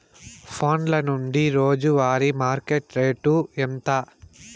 ఫోన్ల నుండి రోజు వారి మార్కెట్ రేటు ఎంత?